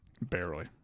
Barely